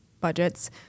budgets